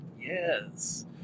Yes